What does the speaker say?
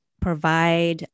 provide